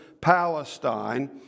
Palestine